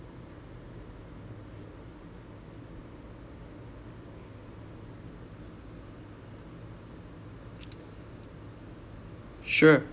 sure